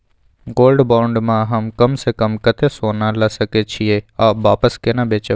Gold bond म हम कम स कम कत्ते सोना ल सके छिए आ वापस केना बेचब?